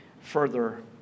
further